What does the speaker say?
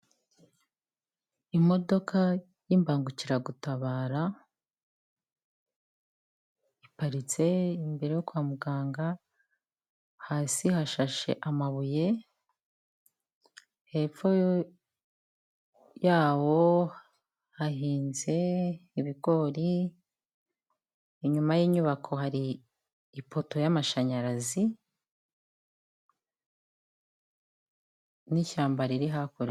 Imodoka y'Ibangukiragutabara iparitse imbere yo kwa muganga hasi hashashe amabuye hepfo yawo hahinze ibigori inyuma y inyubako hari ipoto y'amashanyarazi n'ishyamba riri hakurya.